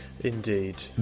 Indeed